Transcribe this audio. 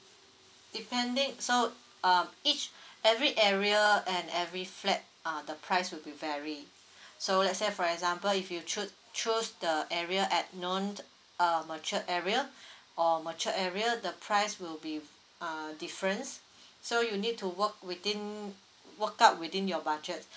depending so um each every area and every flat uh the price will be vary so let say for example if you cho~ choose the area at non uh matured area or matured area the price will be uh difference so you need to work within work up within your budget